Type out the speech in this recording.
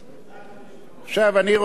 עכשיו אני רוצה לומר לכם,